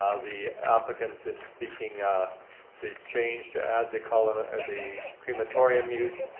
ah the applicant in seeking the change to add the column of the crematorium use,